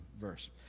verse